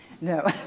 No